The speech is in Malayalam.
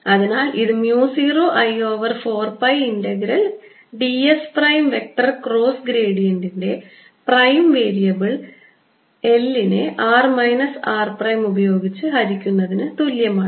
അതിനാൽ ഇത് mu 0 I over 4 pi integral ds prime vector cross ഗ്രേഡിയന്റിന്റെ പ്രൈം വേരിയബിൾ 1 നെ rമൈനസ് r പ്രൈം ഉപയോഗിച്ച് ഹരിക്കുന്നതിന് തുല്യമാണ്